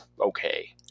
okay